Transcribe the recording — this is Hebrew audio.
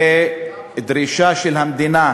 לדרישה של המדינה